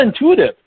intuitive